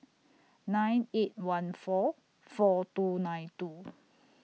nine eight one four four two nine two